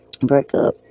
breakup